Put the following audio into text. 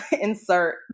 insert